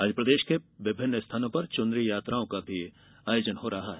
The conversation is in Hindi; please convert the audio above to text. आज प्रदेश के विभिन्न स्थानों पर चुनरी यात्राओं का भी आयोजन हो रहा है